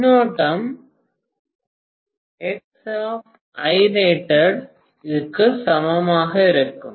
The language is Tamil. மின்னோட்டம் Irated இக்கு சமமாக இருக்கும்